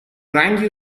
رنگی